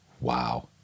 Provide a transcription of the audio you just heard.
Wow